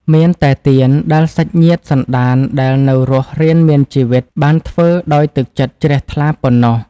មានតែទាន ដែលសាច់ញាតិសន្តានដែលនៅរស់រានមានជីវិត បានធ្វើដោយទឹកចិត្តជ្រះថ្លាប៉ុណ្ណោះ។